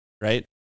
right